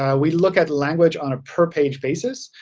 ah we look at language on a per page basis.